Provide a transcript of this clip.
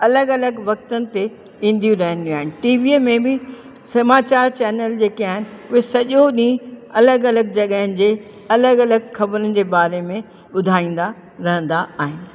अलॻि अलॻि वक़्तनि ते ईंदियूं रहंदियूं आहिनि टीवीअ में बि समाचारु चैनल जेके आहिनि उहे सॼो ॾींहुं अलॻि अलॻि जॻहनि जे अलॻि अलॻि ख़बरुनि जे बारे में ॿुधाईंदा रहंदा आहिनि